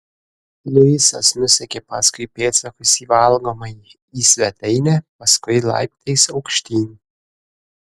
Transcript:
luisas nusekė paskui pėdsakus į valgomąjį į svetainę paskui laiptais aukštyn